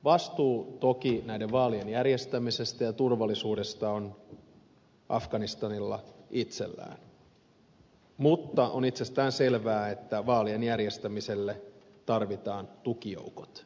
vastuu toki näiden vaalien järjestämisestä ja turvallisuudesta on afganistanilla itsellään mutta on itsestäänselvää että vaalien järjestämiselle tarvitaan tukijoukot